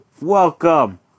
Welcome